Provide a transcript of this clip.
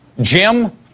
Jim